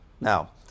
now